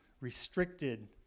restricted